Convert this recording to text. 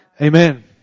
Amen